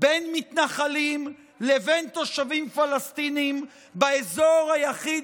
בין מתנחלים לבין תושבים פלסטינים באזור היחיד